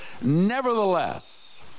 nevertheless